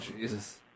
Jesus